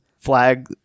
flag